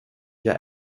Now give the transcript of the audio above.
jag